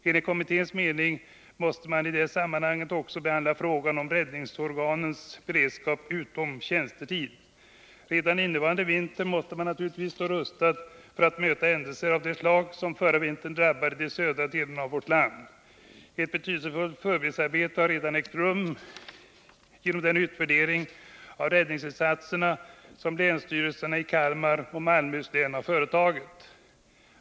Enligt min mening måste man i det sammanhanget också behandla frågan om räddningsorganens beredskap utom tjänstetid. Redan innevarande vinter måste man naturligtvis stå rustad för att möta händelser av det slag som förra vintern drabbade de södra delarna av vårt land. Ett betydelsefullt förberedelsearbete har redan ägt rum genom den utvärdering av räddningsinsatserna som länsstyrelserna i Kalmar och Malmöhus län har företagit.